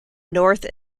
north